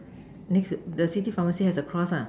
next to the city pharmacy has a cross lah